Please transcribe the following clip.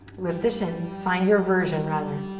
lift the shins. find your version, rather.